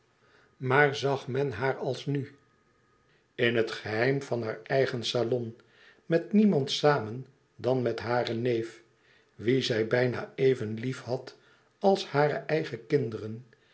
maar zag men haar als nu in het geheim van haar eigen salon met niemand samen dan met haren neef wien zij bijna even liefhad als hare eigen kinderen